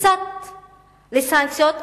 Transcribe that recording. וקצת לסנקציות,